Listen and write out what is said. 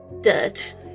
dirt